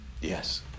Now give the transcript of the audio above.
yes